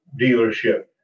dealership